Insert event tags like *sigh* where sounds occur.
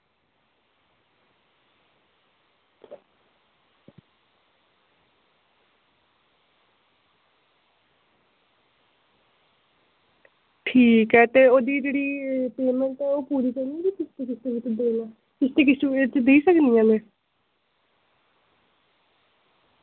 ठीक ऐ ते ओह्दी जेह्ड़ी पेमेंट ऐ ओह् पूरी करनी ते *unintelligible* देई सकनी आं में